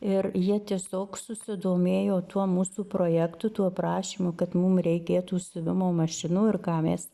ir jie tiesiog susidomėjo tuo mūsų projektu tuo prašymu kad mum reikėtų siuvimo mašinų ir ką mes